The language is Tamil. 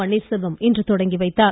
பன்னீர்செல்வம் இன்று துவக்கி வைத்தார்